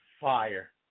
fire